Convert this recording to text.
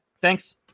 Thanks